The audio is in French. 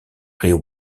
rio